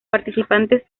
participantes